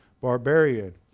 barbarian